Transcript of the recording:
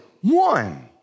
one